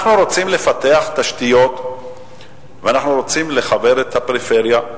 אנחנו רוצים לפתח תשתיות ולחבר את הפריפריה,